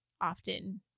often